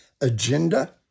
agenda